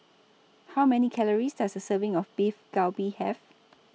How Many Calories Does A Serving of Beef Galbi Have